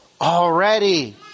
already